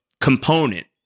component